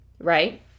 right